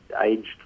aged